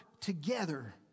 together